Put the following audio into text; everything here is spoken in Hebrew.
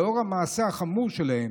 לאחר המעשה החמור שלהם,